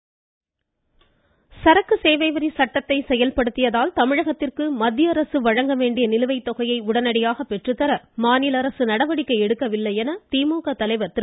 சரக்கு சேவை வரி ஸ்டாலின் சரக்கு சேவை வரி சட்டத்தை செயல்படுத்தியதால் தமிழகத்திற்கு மத்திய அரசு வழங்க வேண்டிய நிலுவைத் தொகையை உடனடியாக பெற்றுத்தர தமிழக அரசு நடவடிக்கை எடுக்கவில்லை என திமுக தலைவர் திரு